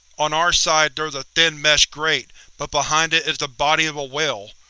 on our side, there's a thin mesh grate, but behind it is the body of a whale.